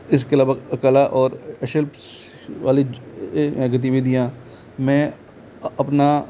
इसके अलावा कला और शिल्प वाली गतिविधियाँ मैं अपना